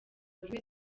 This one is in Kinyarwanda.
buri